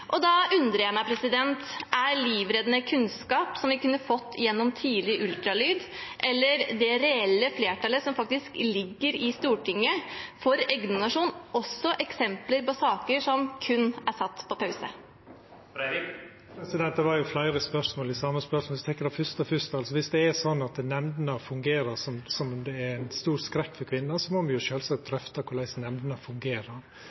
regjeringsmakt. Da undrer jeg meg på: Er livreddende kunnskap som vi kunne fått gjennom tidlig ultralyd, eller det reelle flertallet som faktisk ligger i Stortinget for eggdonasjon, også eksempler på saker som kun er satt på pause? Det var jo fleire spørsmål i eitt. For å ta det fyrste fyrst: Viss det er slik at nemndene fungerer som ein stor skrekk for kvinnene, må me sjølvsagt drøfta korleis nemndene fungerer. Så